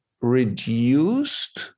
reduced